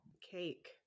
Cake